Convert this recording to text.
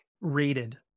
rated